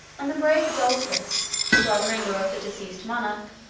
and the brave adolphus, the brother-in-law of the deceased monarch,